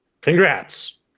Congrats